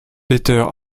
peter